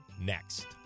next